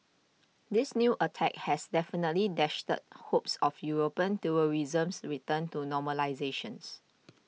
this new attack has definitely dashed hopes of European tourism's return to normalisations